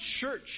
church